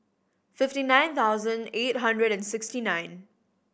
fifty nine thousand eight hundred and sixty nine